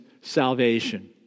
salvation